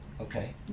Okay